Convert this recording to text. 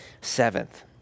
Seventh